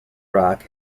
rock